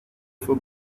for